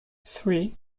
three